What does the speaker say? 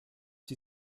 die